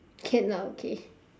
can ah okay